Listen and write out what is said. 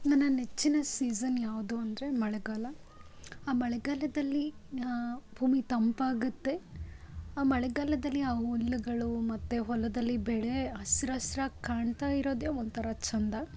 ನನ್ನ ನೆಚ್ಚಿನ ಸೀಸನ್ ಯಾವುದು ಅಂದರೆ ಮಳೆಗಾಲ ಆ ಮಳೆಗಾಲದಲ್ಲಿ ಭೂಮಿ ತಂಪಾಗುತ್ತೆ ಆ ಮಳೆಗಾಲದಲ್ಲಿ ಆ ಹುಲ್ಲುಗಳು ಮತ್ತು ಹೊಲದಲ್ಲಿ ಬೆಳೆ ಹಸ್ರ್ ಹಸ್ರಾಗ್ ಕಾಣ್ತಾ ಇರೋದೇ ಒಂಥರ ಚಂದ